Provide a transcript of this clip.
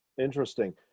Interesting